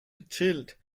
gechillt